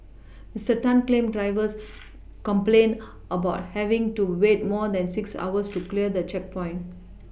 Mister Tan claimed drivers complained about having to wait more than six hours to clear the checkpoint